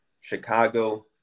Chicago